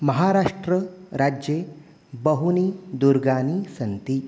महाराष्ट्रराज्ये बहूनि दुर्गाः सन्ति